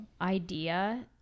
idea